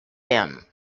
him